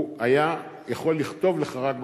הוא היה יכול לכתוב לך רק בקשה.